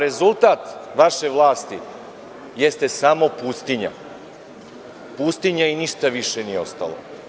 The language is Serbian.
Rezultat vaševlasti jeste samo pustinja, pustinja i ništa više nije ostalo.